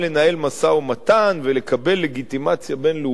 משא-ומתן ולקבל לגיטימציה בין-לאומית.